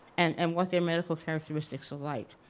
and and what their medical characteristics are like.